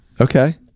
Okay